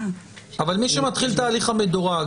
אבל מי שמתחיל את ההליך המדורג,